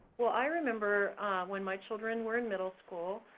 well, i remember when my children were in middle school,